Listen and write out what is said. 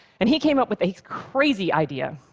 and he came up with a crazy idea.